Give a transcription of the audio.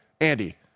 andy